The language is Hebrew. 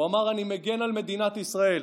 הוא אמר: אני מגן על מדינת ישראל.